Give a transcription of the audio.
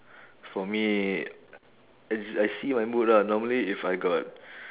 for me I I see my mood lah normally if I got